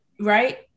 Right